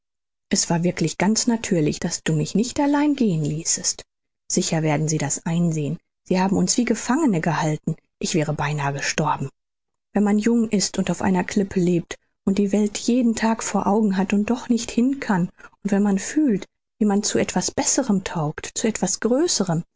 es war wirklich ganz natürlich daß du mich nicht allein gehen ließest sicher werden sie das einsehen sie haben uns wie gefangene gehalten ich wäre beinahe gestorben wenn man jung ist und auf einer klippe lebt und die welt jeden tag vor augen hat und doch nicht hin kann und wenn man fühlt wie man zu etwas besserem taugt zu etwas größerem